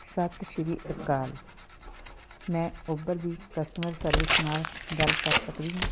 ਸਤਿ ਸ੍ਰੀ ਅਕਾਲ ਮੈਂ ਉਬਰ ਦੀ ਕਸਟਮਰ ਸਰਵਿਸ ਨਾਲ ਗੱਲ ਕਰ ਸਕਦੀ ਹਾਂ